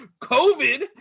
covid